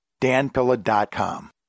danpilla.com